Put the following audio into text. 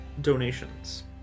donations